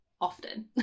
often